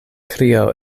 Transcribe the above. krio